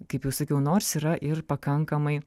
kaip jau sakiau nors yra ir pakankamai